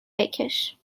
بکش